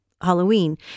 Halloween